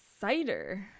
Cider